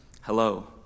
hello